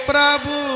Prabhu